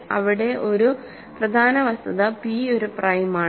ഇവിടെ ഒരു പ്രധാന വസ്തുത p ഒരു പ്രൈം ആണ്